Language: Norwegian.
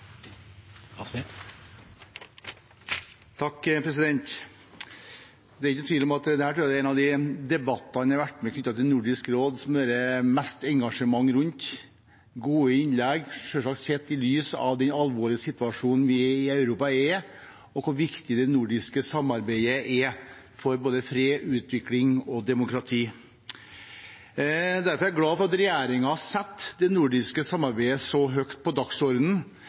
en av de debattene jeg har vært med på knyttet til Nordisk råd som det har vært mest engasjement rundt. Det har vært gode innlegg, selvsagt sett i lys av den alvorlige situasjonen vi i Europa er i, og hvor viktig det nordiske samarbeidet er for både fred, utvikling og demokrati. Derfor er jeg glad for at regjeringen setter det nordiske samarbeidet så høyt på